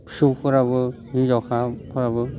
फिसौफोराबो हिनजावसाफोराबो